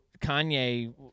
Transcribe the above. kanye